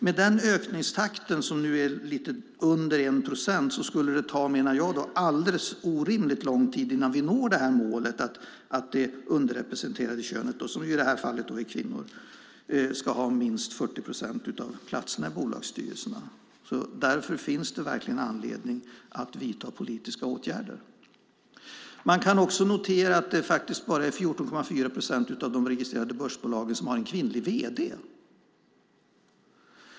Med den ökningstakten, som nu är under 1 procent, tar det orimligt lång tid innan målet nås att det underrepresenterade könet - i det här fallet kvinnor - ska ha minst 40 procent av platserna i bolagsstyrelserna. Därför finns det verkligen anledning att vidta politiska åtgärder. Man kan också notera att det är bara 14,4 procent av de registrerade börsbolagen som har en kvinnlig vd.